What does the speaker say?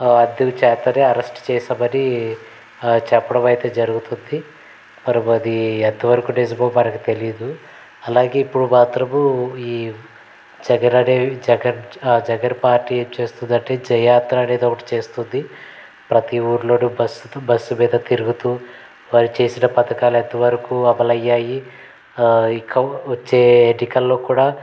అందుచేతనే అరెస్టు చేసామని చెప్పడం అయితే జరుగుతుంది మరి అది ఎంతవరకు నిజమో మనకు తెలియదు అలాగే ఇప్పుడు మాత్రము ఈ జగన్ అనే జగన్ జగన్ పార్టీ ఏం చేస్తుందంటే జయయాత్ర అనేది ఒకటి చేస్తుంది ప్రతి ఊర్లోను బస్సు బస్సు మీద తిరుగుతూ వారు చేసిన పథకాలు ఎంతవరకు అమలయ్యాయి ఇంకా వచ్చే ఎన్నికల్లో కూడా